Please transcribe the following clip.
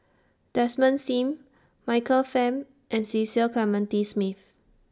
Desmond SIM Michael Fam and Cecil Clementi Smith